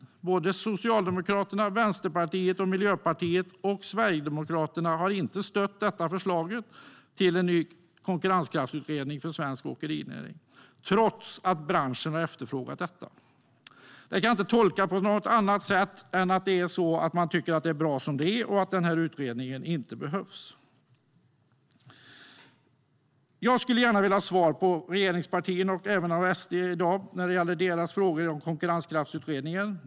Varken Socialdemokraterna, Vänsterpartiet, Miljöpartiet eller Sverigedemokraterna har stött förslaget om en ny konkurrenskraftsutredning för svensk åkerinäring, trots att branschen har efterfrågat detta. Det kan inte tolkas på något annat sätt än att man tycker att det är bra som det är och att utredningen inte behövs. Jag skulle gärna vilja ha svar i dag från regeringspartierna och även Sverigedemokraterna när det gäller frågorna om konkurrenskraftsutredningen.